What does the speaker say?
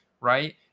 right